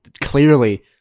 clearly